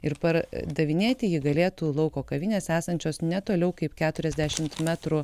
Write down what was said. ir pardavinėti jį galėtų lauko kavinės esančios ne toliau kaip keturiasdešimt metrų